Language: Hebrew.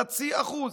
חצי אחוז,